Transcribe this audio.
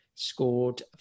Scored